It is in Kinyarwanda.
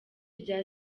rya